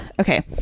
okay